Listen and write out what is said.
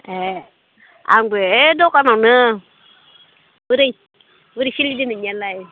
ए आंबो ए दखानावनो बोरै सोलिदों नोंनियालाय